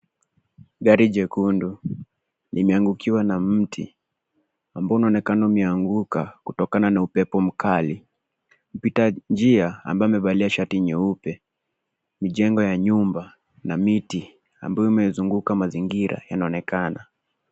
Gari jekundu limeangukiwa na mti ambao unaonekana umeanguka kutokana na upepo mkali. Mpita njia ambaye amevalia shati nyeupe, mjengo ya nyumba na miti ambayo imezunguka mazingira inaonekana.